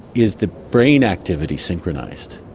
is the brain activity synchronised.